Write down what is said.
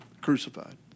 crucified